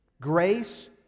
Grace